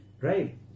right